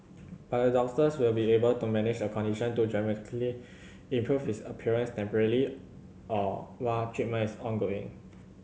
but the doctors will be able to manage the condition to dramatically improve its appearance temporarily or while treatment is ongoing